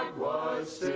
was